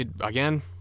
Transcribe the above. again